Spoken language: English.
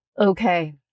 Okay